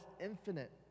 infinite